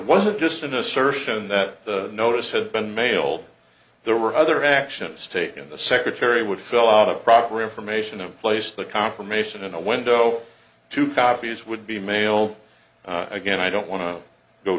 wasn't just an assertion that the notice had been mailed there were other actions taken the secretary would fill out a proper information and place the confirmation in a window two copies would be mail again i don't want to go